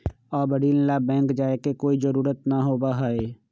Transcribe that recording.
अब ऋण ला बैंक जाय के कोई जरुरत ना होबा हई